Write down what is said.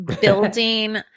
building